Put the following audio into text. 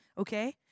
okay